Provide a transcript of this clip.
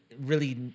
really-